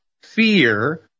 fear